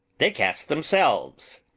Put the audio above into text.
they cast themselves.